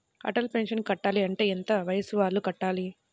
Atal pension కట్టాలి అంటే ఎంత వయసు వాళ్ళు కట్టాలి?